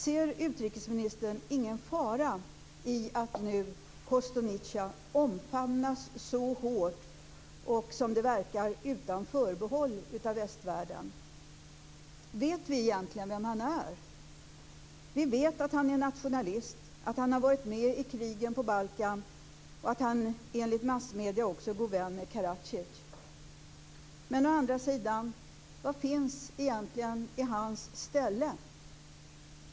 Ser utrikesministern ingen fara i att Kostunica nu omfamnas så hårt och, som det verkar, utan förbehåll av västvärlden? Vet vi egentligen vem han är? Vi vet att han är nationalist, att han har varit med i krigen på Balkan och att han enligt massmedierna också är god vän med Karad ic. Men vad finns å andra sidan i hans ställe?